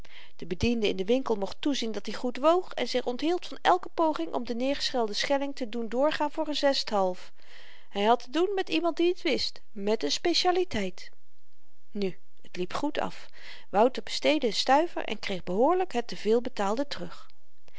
de bediende in den winkel mocht toezien dat-i goed woog en zich onthield van elke poging om den neergelegden schelling te doen doorgaan voor n zesthalf hy had te doen met iemand die t wist met n specialiteit nu t liep goed af wouter besteedde een stuiver en kreeg behoorlyk het te veel betaalde terug